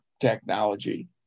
technology